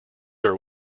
her